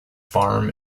farm